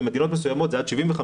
במדינות מסוימות זה עד 75%,